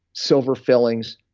silver fillings.